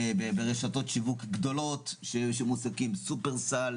ברשתות שיווק גדולות סופר-סל,